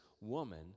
woman